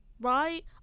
Right